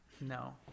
No